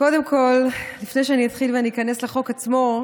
קודם כול, לפני שאני אתחיל ואני איכנס לחוק עצמו,